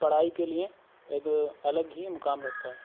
پڑھائی کے لیے ایک الگ ہی مقام رکھتا ہے